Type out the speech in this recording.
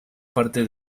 parte